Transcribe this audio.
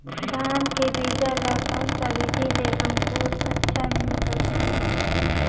धान के बीजा ला कोन सा विधि ले अंकुर अच्छा निकलथे?